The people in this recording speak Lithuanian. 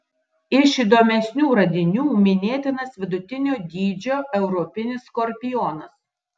iš įdomesnių radinių minėtinas vidutinio dydžio europinis skorpionas